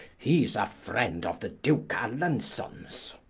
he's a friend of the duke alansons.